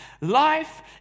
Life